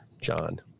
John